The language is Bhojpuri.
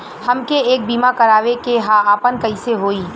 हमके एक बीमा करावे के ह आपन कईसे होई?